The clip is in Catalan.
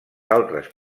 altres